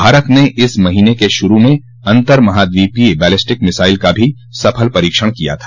भारत ने इस महीने के शुरू में अंतर महाद्विपीय बैलिस्टिक मिसाइल का भी सफल परीक्षण किया था